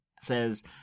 says